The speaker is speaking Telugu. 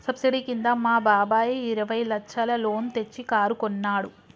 సబ్సిడీ కింద మా బాబాయ్ ఇరవై లచ్చల లోన్ తెచ్చి కారు కొన్నాడు